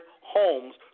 homes